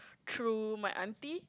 through my auntie